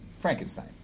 Frankenstein